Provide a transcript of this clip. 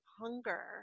hunger